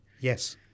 Yes